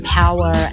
power